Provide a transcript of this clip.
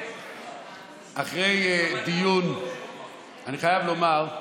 אחרי דיון אני חייב לומר,